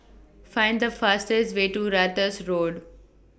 Find The fastest Way to Ratus Road